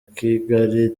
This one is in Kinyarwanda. kigali